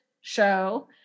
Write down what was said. show